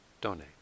donate